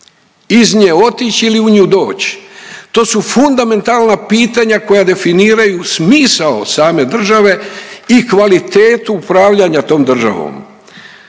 iz nje otići ili u nju doći. To su fundamentalna pitanja koja definiraju smisao same države i kvalitetu upravljanja tom državom.